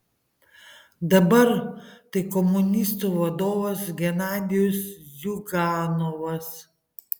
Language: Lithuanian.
dabar tai komunistų vadovas genadijus ziuganovas